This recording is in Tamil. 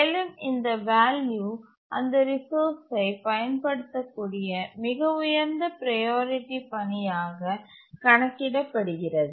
மேலும் இந்த வால்யூ அந்த ரிசோர்ஸ்ஐ பயன்படுத்தக்கூடிய மிக உயர்ந்த ப்ரையாரிட்டி பணியாக கணக்கிடப்படுகிறது